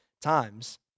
times